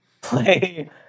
play